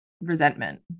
resentment